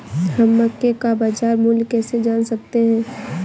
हम मक्के का बाजार मूल्य कैसे जान सकते हैं?